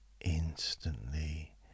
instantly